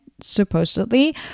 supposedly